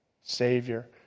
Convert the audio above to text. Savior